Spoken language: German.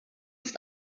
ist